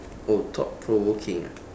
oh thought provoking ah